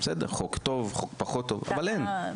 חוק טוב, חוק פחות טוב אבל אין.